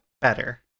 better